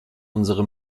unsere